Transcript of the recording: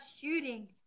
shooting